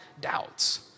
doubts